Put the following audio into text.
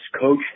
Coach